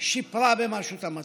שיפרה במשהו את המצב.